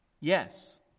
yes